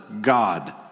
God